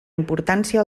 importància